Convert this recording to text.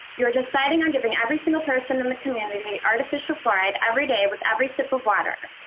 you're deciding on giving every single person in the community artificial fluoride every day with every sip of water.